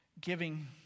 Giving